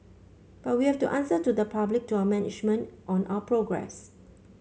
but we've to answer to the public to our management on our progress